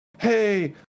hey